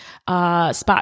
spot